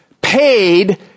paid